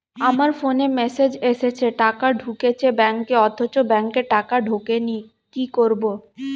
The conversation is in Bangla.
আমার ফোনে মেসেজ এসেছে টাকা ঢুকেছে ব্যাঙ্কে অথচ ব্যাংকে টাকা ঢোকেনি কি করবো?